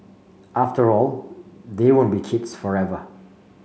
after all they won't be kids forever